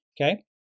Okay